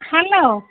hello